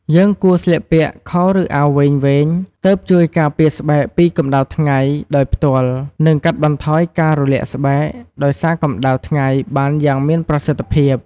យើងគួរស្លៀកពាក់ខោឫអាវវែងៗ ទើបជួយការពារស្បែកពីកម្ដៅថ្ងៃដោយផ្ទាល់ និងកាត់បន្ថយការរលាកស្បែកដោយសារកម្ដៅថ្ងៃបានយ៉ាងមានប្រសិទ្ធភាព។